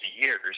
years